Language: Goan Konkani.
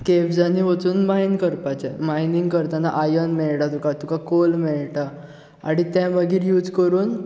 केवजांनी वचून मायन करपाचें मायनींग करताना आयर्न मेळटा तुका तुका कोल मेळटा आनी ते मागीर यूज कोरून